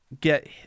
get